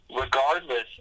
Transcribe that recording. Regardless